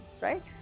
right